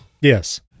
Yes